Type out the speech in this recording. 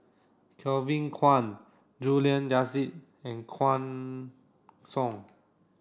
Kevin Kwan Juliana Yasin and Guan Song